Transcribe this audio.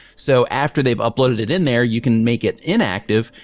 so after they've uploaded it in there you can make it inactive,